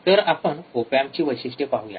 तर आपण ओप एम्पची वैशिष्ट्ये पाहूया